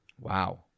Wow